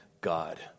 God